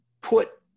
put